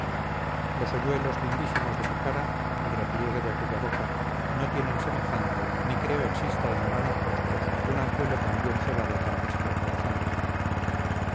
tales tristezas los hoyuelos lindísimos de su cara el repliegue de aquella boca no tienen semejante ni creo exista en humanos rostros un anzuelo tan bien cebado para pescar corazones